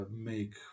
make